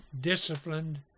disciplined